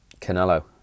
Canelo